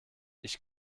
ich